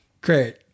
Great